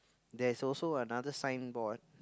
there's also another signboard